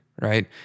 right